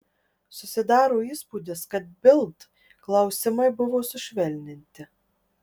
susidaro įspūdis kad bild klausimai buvo sušvelninti